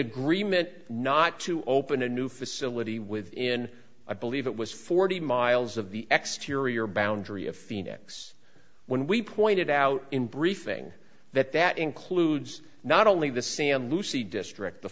agreement not to open a new facility within i believe it was forty miles of the exteriors boundary of phoenix when we pointed out in briefing that that includes not only the cme lucy district the